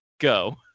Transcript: Go